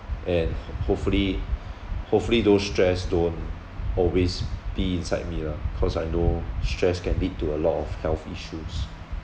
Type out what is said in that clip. and ho~ hopefully hopefully those stress don't always be inside me lah cause I know stress can lead to a lot of health issues